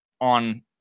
on